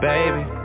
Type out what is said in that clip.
Baby